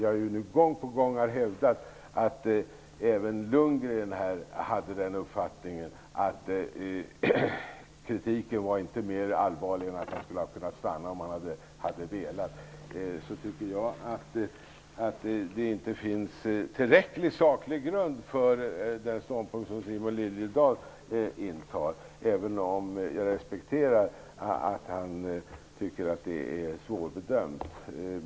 Jag har gång på gång hävdat att även Lundgren hade uppfattningen att kritiken inte var mer allvarlig än att Sahlén hade kunnat stanna om han hade velat. Jag tycker inte att det finns tillräcklig saklig grund för den ståndpunkt som Simon Liliedahl intar, även om jag respekterar att han tycker att frågan är svårbedömd.